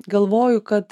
galvoju kad